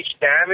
damage